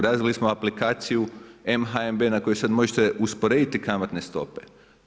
Izradili smo aplikaciju mHNB na koju sad možete usporediti kamatne stope.